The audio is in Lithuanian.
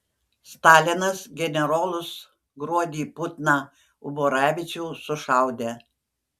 stalinas generolus gruodį putną uborevičių sušaudė